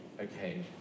Okay